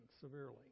severely